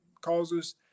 causes